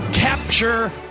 Capture